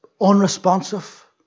unresponsive